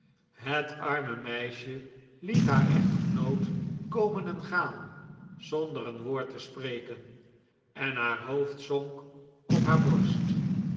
het arme meisje liet haar echtgenoot komen en gaan zonder een woord te spreken en haar hoofd zonk op haar borst